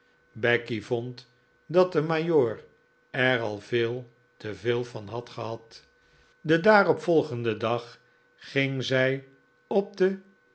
becky vond dat de majoor er al veel te veel van had gehad den daarop volgenden dag ging zij op den